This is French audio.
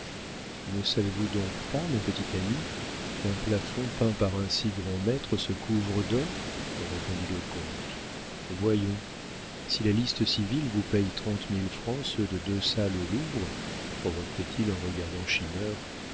ne savez-vous donc pas mon petit ami qu'un plafond peint par un si grand maître se couvre d'or répondit le comte voyons si la liste civile vous paie trente mille francs ceux de deux salles au louvre reprit-il en regardant